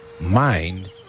mind